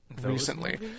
recently